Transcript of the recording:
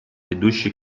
ведущий